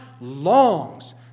longs